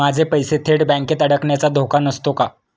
माझे पैसे थेट बँकेत अडकण्याचा धोका नसतो का?